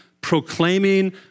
proclaiming